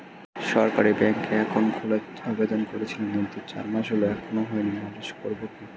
সরকারি ব্যাংকে একাউন্ট খোলার আবেদন করেছিলাম কিন্তু চার মাস হল এখনো হয়নি নালিশ করব কি?